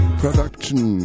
production